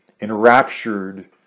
enraptured